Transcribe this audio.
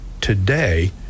today